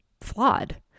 flawed